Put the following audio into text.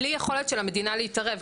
בלי היכולת של המדינה להתערב,